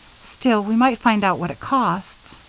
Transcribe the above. still, we might find out what it costs.